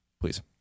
please